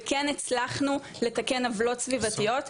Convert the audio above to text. וכן הצלחנו לתקן עוולות סביבתיות,